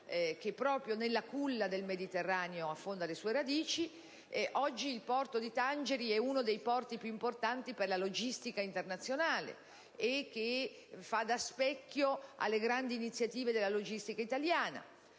(che proprio nella culla del Mediterraneo affonda le sue radici), il porto di Tangeri è uno dei più importanti per la logistica internazionale e fa da specchio alle grandi iniziative della logistica italiana.